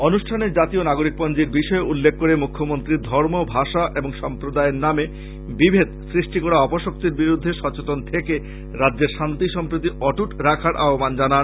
অনুষ্ঠানে জাতীয় নাগরিক পঞ্জীর বিষয়ে উল্লেখ করে মুখ্যমন্ত্রী ধর্ম ভাষা এবং সম্প্রদায়ের নামে বিভেদ সৃষ্টি করা অপশক্তির বিরুদ্ধে সচেতন থেকে রাজ্যের শান্তি সম্প্রীতি অটুট রাখার আহ্বান জানান